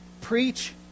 Preach